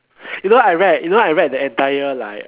you know I read you know I read the entire like